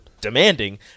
demanding